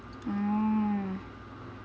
mm